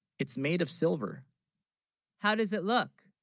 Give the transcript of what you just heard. it's made of silver how, does it look?